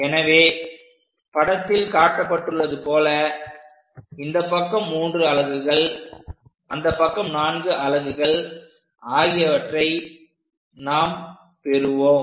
எனவே படத்தில் காட்டப்பட்டுள்ளது போல இந்தப் பக்கம் 3 அலகுகள் அந்தப் பக்கம் 4 அலகுகள் ஆகியவற்றை நாம் பெறுவோம்